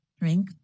drink